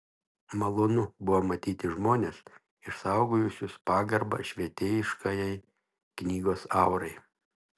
malonu buvo matyti žmones išsaugojusius pagarbą švietėjiškajai knygos aurai